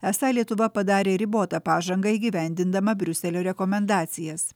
esą lietuva padarė ribotą pažangą įgyvendindama briuselio rekomendacijas